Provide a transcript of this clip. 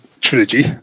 trilogy